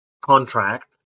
contract